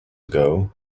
ago